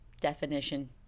definition